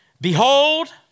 behold